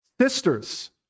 Sisters